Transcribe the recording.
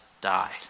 died